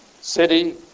city